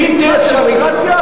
בלתי אפשרי.